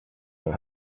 for